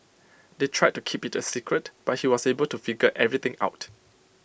they tried to keep IT A secret but he was able to figure everything out